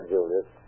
Julius